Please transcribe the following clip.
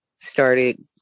started